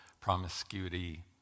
promiscuity